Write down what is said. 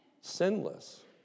sinless